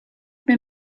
ben